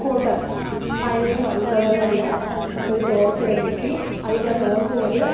കുടം പഴയ മൺകുടങ്ങളിൽ ഒരു തോർത്തൊക്കെ കെട്ടി അതിൻ്റെ തോർത്തിനൊരു